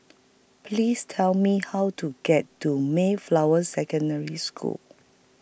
Please Tell Me How to get to Mayflower Secondary School